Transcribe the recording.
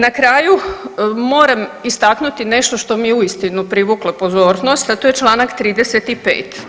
Na kraju moram istaknuti nešto što mi je uistinu privuklo pozornost, a to je članak 35.